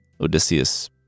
Odysseus